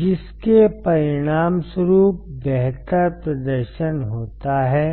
जिसके परिणामस्वरूप बेहतर प्रदर्शन होता है